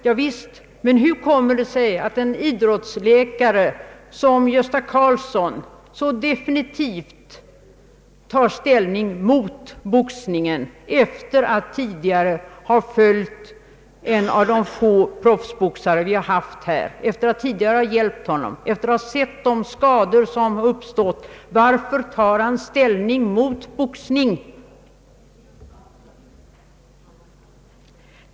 Javisst, men hur kommer det sig att en idrottsläkare som Gösta Karlsson så tar ställning mot boxningen efter att tidigare ha följt en av de få proffsboxare här i landet, efter att tidigare ha hjälpt boxaren och efter att ha sett de skador som uppstått på grund av boxning?